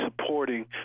supporting